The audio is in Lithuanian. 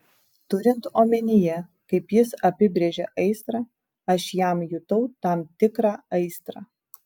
turint omenyje kaip jis apibrėžia aistrą aš jam jutau tam tikrą aistrą